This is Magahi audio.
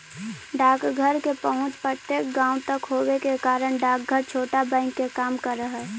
डाकघर के पहुंच प्रत्येक गांव तक होवे के कारण डाकघर छोटा बैंक के काम करऽ हइ